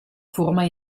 forma